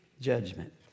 judgment